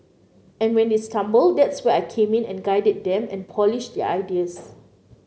and when they stumble that's where I came in and guided them and polished their ideas